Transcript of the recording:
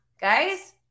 guys